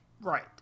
Right